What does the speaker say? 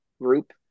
group